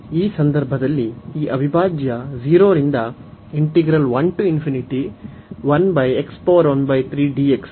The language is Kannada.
ಈ ಸಂದರ್ಭದಲ್ಲಿ ಈ ಅವಿಭಾಜ್ಯ 0 ರಿಂದ ಎಂದು ನಮಗೆ ತಿಳಿದಿದೆ